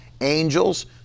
angels